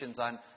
on